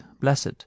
blessed